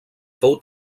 fou